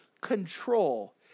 control